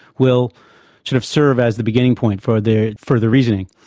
will sort of serve as the beginning point for their further reasoning.